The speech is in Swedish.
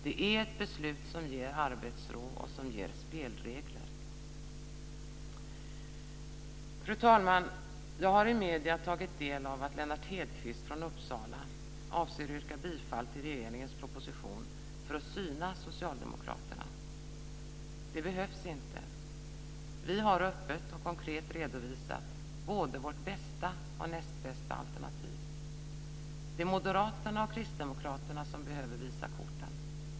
Det är ett beslut som ger arbetsro och som ger spelregler. Fru talman! Jag har i medierna tagit del av att Lennart Hedquist från Uppsala avser yrka bifall till regeringens proposition för att syna Socialdemokraterna. Det behövs inte. Vi har öppet och konkret redovisat både vårt bästa och näst bästa alternativ. Det är Moderaterna och Kristdemokraterna som behöver visa korten.